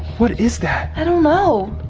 what is that? i don't know.